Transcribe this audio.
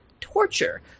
torture